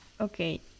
Okay